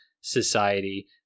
society